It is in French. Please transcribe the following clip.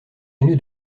tenu